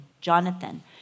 Jonathan